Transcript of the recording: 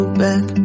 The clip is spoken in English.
back